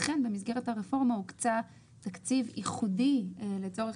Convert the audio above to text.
לכן במסגרת הרפורמה הוקצה תקציב ייחודי לצורך